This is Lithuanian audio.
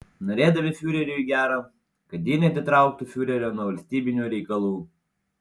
norėdami fiureriui gero kad ji neatitrauktų fiurerio nuo valstybinių reikalų